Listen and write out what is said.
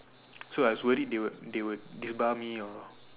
so I was they would they would is about me or